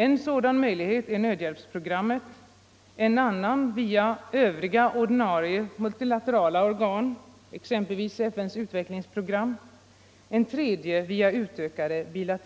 En sådan möjlighet är via nödhjälpsprogrammet, en annan via övriga ordinarie multilaterala organ, exempelvis FN:s utvecklingsprogram, en tredje via utökade bi